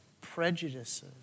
prejudices